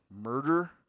murder